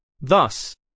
Thus